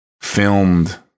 filmed